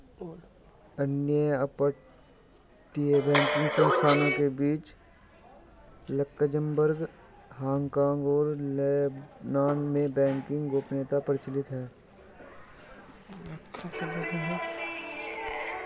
अन्य अपतटीय बैंकिंग संस्थानों के बीच लक्ज़मबर्ग, हांगकांग और लेबनान में बैंकिंग गोपनीयता प्रचलित है